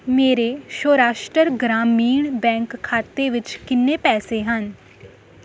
ਮੇਰੇ ਸੌਰਾਸ਼ਟਰ ਗ੍ਰਾਮੀਣ ਬੈਂਕ ਖਾਤੇ ਵਿੱਚ ਕਿੰਨੇ ਪੈਸੇ ਹਨ